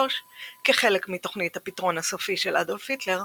כחלק מתוכנית הפתרון הסופי של אדולף היטלר,